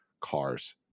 Cars